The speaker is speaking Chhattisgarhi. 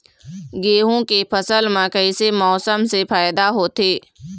गेहूं के फसल म कइसे मौसम से फायदा होथे?